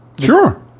Sure